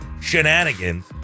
Shenanigans